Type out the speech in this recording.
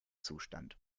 zustand